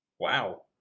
Wow